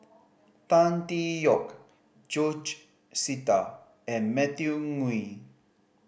Tan Tee Yoke George Sita and Matthew Ngui